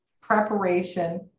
preparation